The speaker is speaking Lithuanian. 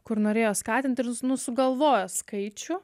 kur norėjo skatint ir su nu sugalvojo skaičių